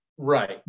Right